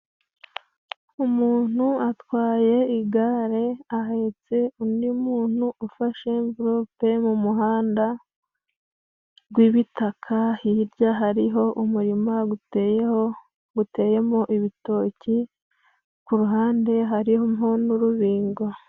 Umuntu atwaye igare, ahetse undi muntu ufashe mvelope mu muhanda gwiwibitaka, hirya hari ho umurima guteye ho guteye mo ibitoki ku ruhande hari ho n'urubingo.